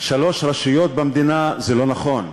שלוש רשויות במדינה, זה לא נכון.